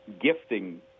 gifting